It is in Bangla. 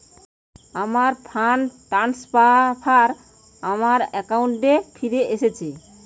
আমার ফান্ড ট্রান্সফার আমার অ্যাকাউন্টে ফিরে এসেছে